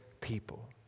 people